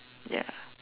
ya